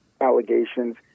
allegations